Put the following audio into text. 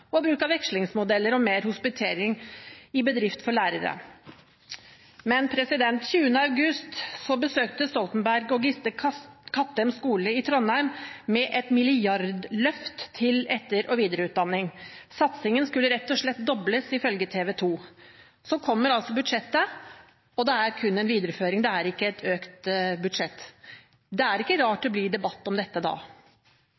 og bruk av vekslingsmodeller og mer hospitering i bedrift for lærere. 20. august besøkte Stoltenberg og Giske Kattem skole i Trondheim med et milliardløft til etter- og videreutdanning. Satsingen skulle rett og slett dobles, ifølge TV2. Så kommer budsjettet, og det er kun en videreføring, ikke et økt budsjett. Det er ikke rart